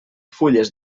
fulles